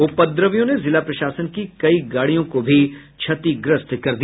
उपद्रवियों ने जिला प्रशासन की कई गाड़ियों को भी क्षतिग्रस्त कर दिया